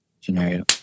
scenario